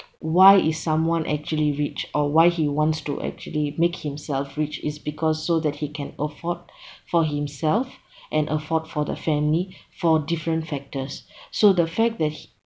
why is someone actually rich or why he wants to actually make himself rich is because so that he can afford for himself and afford for the family for different factors so the fact that he